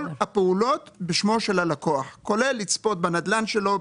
הפעולות בשמו של הלקוח כולל לצפות בנדל"ן שלו,